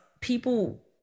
people